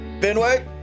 Benway